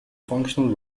functional